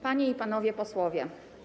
Panie i Panowie Posłowie!